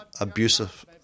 abusive